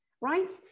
right